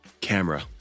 Camera